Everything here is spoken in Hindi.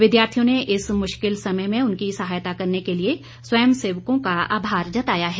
विद्यार्थियों ने इस मुश्किल समय में उनकी सहायता करने के लिए स्वंय सेवकों का आभार जताया है